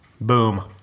Boom